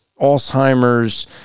Alzheimer's